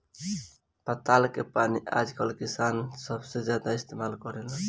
पताल के पानी आजकल किसान सबसे ज्यादा इस्तेमाल करेलेन